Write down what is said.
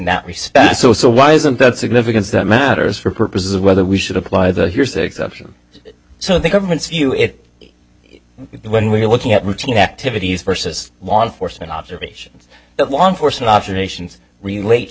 that respect so so why isn't that significance that matters for purposes of whether we should apply the hearsay exception so the government's view it is when we're looking at routine activities versus law enforcement observations the law enforcement operations relate